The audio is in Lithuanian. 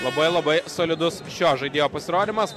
labai labai solidus šio žaidėjo pasirodymas